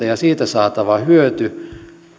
ja siitä saatava hyöty